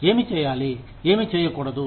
ఏమి చేయాలి ఏమి చేయకూడదు